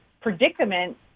predicament